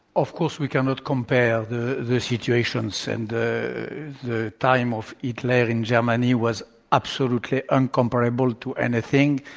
of course, we cannot compare the the situations, and the the time of hitler in germany was absolutely incomparable to anything.